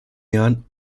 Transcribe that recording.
jahren